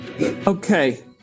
Okay